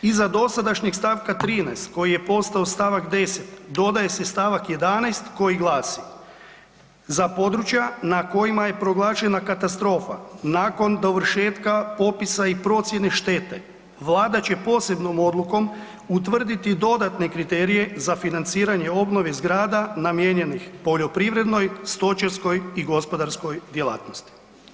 Iza dosadašnjeg stavka 13. koji je postao stavak 10. dodaje se stavak 11. koji glasi „za područja na kojima je proglašena katastrofa nakon dovršetka popisa i procjene štete vlada će posebnom odlukom utvrditi dodatne kriterije za financiranje obnove zgrada namijenjenih poljoprivrednoj, stočarskoj i gospodarskoj djelatnosti“